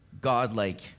God-like